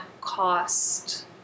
cost